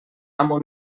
amo